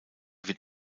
wird